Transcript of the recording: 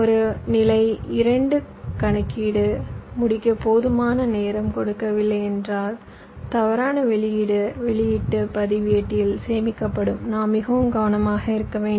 ஒரு நிலை 2 கணக்கீடு முடிக்க போதுமான நேரம் கொடுக்கவில்லை என்றால் தவறான வெளியீடு வெளியீட்டு பதிவேட்டில் சேமிக்கப்படும் நாம் மிகவும் கவனமாக இருக்க வேண்டும்